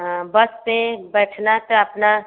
हाँ बस पर बैठना तो अपना